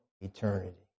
eternity